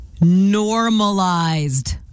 normalized